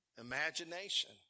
imagination